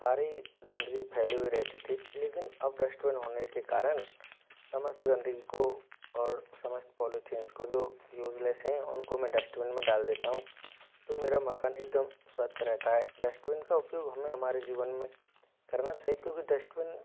सारी गन्दगी फैली हुई रहती थी लेकिन अब डस्टबिन होने के कारण समस्थ गंदगी को और समस्थ पोलिथिन्स को जो यूज़लेस हैं उन को मैं डस्टबिन में डाल देता हूँ तो मेरा मकान एक दम स्वच्छ रहता है डस्टबिन का उपयोग हमें हमारे जीवन में करना चाहिए क्योंकि डस्टबिन